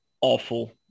awful